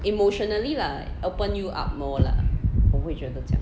emotionally lah open you up more lah 我会觉得这样